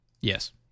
Yes